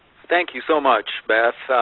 thank you so much beth,